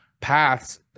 paths